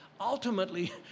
ultimately